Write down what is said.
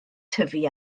tyfu